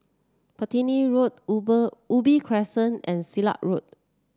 Platiny Road Ube Ubi Crescent and Silat Road